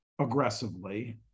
aggressively